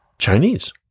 Chinese